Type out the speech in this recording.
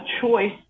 choice